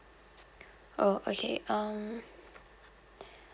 oh okay um